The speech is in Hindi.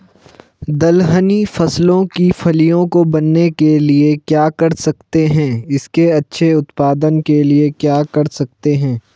दलहनी फसलों की फलियों को बनने के लिए क्या कर सकते हैं इसके अच्छे उत्पादन के लिए क्या कर सकते हैं?